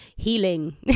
healing